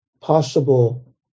possible